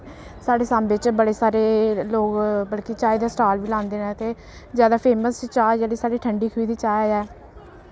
साढ़े सांबे च बड़े सारे लोक मतलब कि चाही दे स्टाल बी लांदे न ते जैदा फेमस चाह् जेह्ड़ी साढ़ी ठंडी खूही दी चाह् ऐ